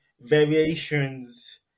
variations